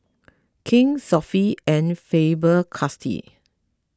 King's Sofy and Faber Castell